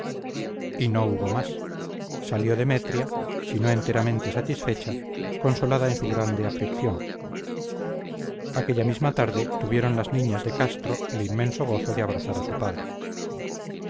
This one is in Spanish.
y no hubo más salió demetria si no enteramente satisfecha consolada en su grande aflicción aquella misma tarde tuvieron las niñas de castro el inmenso gozo de abrazar a su padre